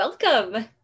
welcome